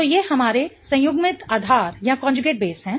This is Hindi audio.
तो ये हमारे संयुग्मित आधार हैं